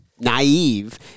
Naive